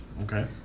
Okay